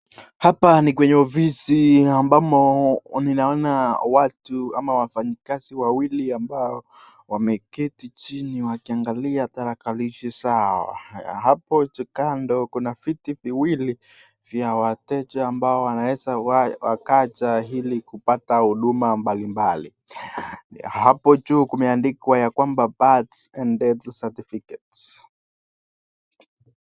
Hapa ni kwenye ofisi ambamo naona watu ama wafanyekasi wawili wamekaa chini wakiangalia tarakilishi zao. Hapa Kuna viti viwili vya wateja ambao wanaweza kuja na wanaweza kukuja na kukaa chini. Hapa imeandikwa birth and death certificates .